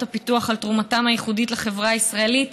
הפיתוח על תרומתם הייחודית לחברה הישראלית.